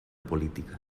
política